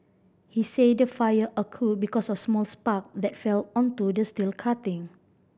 he said the fire occurred because of small spark that fell onto the steel cutting